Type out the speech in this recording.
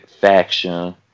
faction